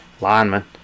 lineman